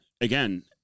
again